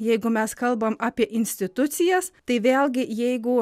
jeigu mes kalbam apie institucijas tai vėlgi jeigu